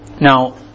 Now